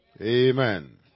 Amen